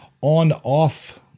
on-off